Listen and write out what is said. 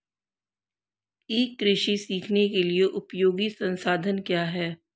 ई कृषि सीखने के लिए उपयोगी संसाधन क्या हैं?